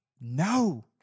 No